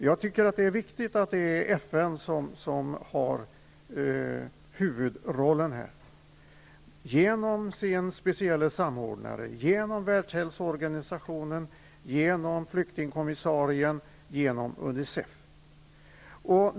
Jag tycker att det är viktigt att det är FN som har huvudrollen i detta sammanhang genom sin specielle samordnare, genom Världshälsoorganisationen, genom flyktingkommissarien och genom Unicef.